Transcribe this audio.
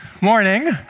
Morning